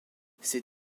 ses